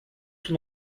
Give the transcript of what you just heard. son